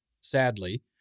sadly